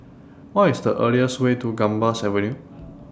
What IS The easiest Way to Gambas Avenue